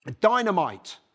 dynamite